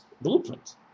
blueprint